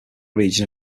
region